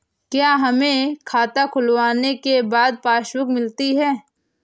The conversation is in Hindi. क्या हमें खाता खुलवाने के बाद पासबुक मिलती है?